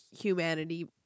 humanity